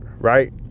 Right